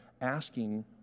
asking